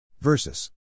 Versus